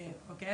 אוקיי,